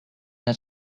not